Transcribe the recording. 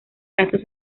casos